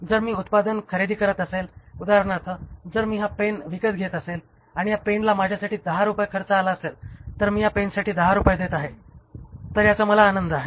जर मी उत्पादन खरेदी करत असेल उदाहरणार्थ जर मी हा पेन विकत घेत असेल आणि या पेनला माझ्यासाठी 10 रुपये खर्च आला असेल तर मी या पेनसाठी 10 रुपये देत आहे तर याचा मला आनंद आहे